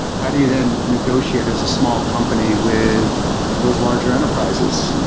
how do you then negotiate as a small company with those larger enterprises?